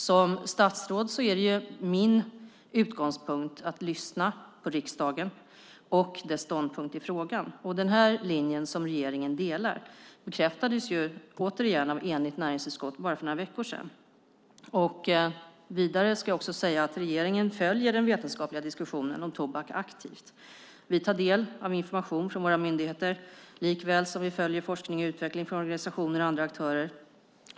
Som statsråd är det min utgångspunkt att lyssna på riksdagen och dess ståndpunkt i frågan. Den linje som regeringen delar bekräftades återigen av ett enigt näringsutskott för bara några veckor sedan. Regeringen följer den vetenskapliga diskussionen om tobak aktivt. Vi tar del av information från våra myndigheter likväl som vi följer forskning och utveckling från organisationer och andra aktörer.